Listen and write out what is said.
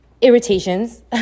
irritations